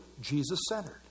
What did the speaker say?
Jesus-centered